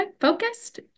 focused